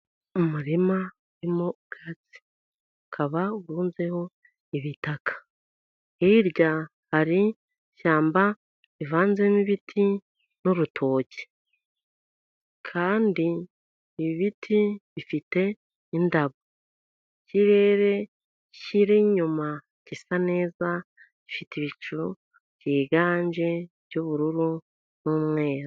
Umurima urimo ubwatsi, ukaba urunzeho ibitaka. Hirya hari ishyamba rivanzemo ibiti n'urutoki, kandi ibiti bifite indabo. Ikirere kiri inyuma gisa neza gifite ibicu byiganje by'ubururu n'umweru.